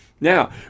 Now